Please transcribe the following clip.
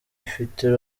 ifite